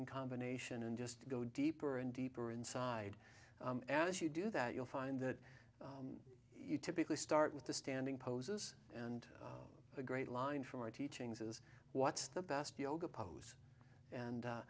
in combination and just go deeper and deeper inside as you do that you'll find that you typically start with the standing poses and a great line from our teachings is what's the best yoga pose and